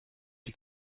die